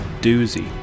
doozy